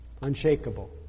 unshakable